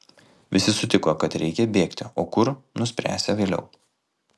visi sutiko kad reikia bėgti o kur nuspręsią vėliau